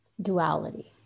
duality